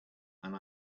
and